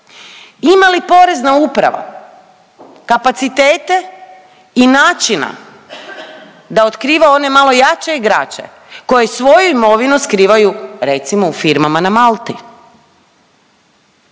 ima li Porezna uprava kapacitete i načina da otkriva one malo jače igrače koji svoju imovinu skrivaju recimo u firmama na Malti?